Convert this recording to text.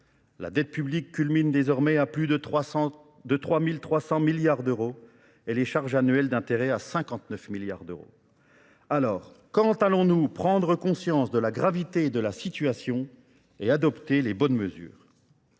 La dette publique culmine désormais à plus de 3 300 milliards d'euros et les charges annuelles d'intérêt à 59 milliards d'euros. Alors, quand allons-nous prendre conscience de la gravité de la situation et adopter les bonnes mesures ?